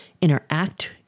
interact